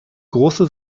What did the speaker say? große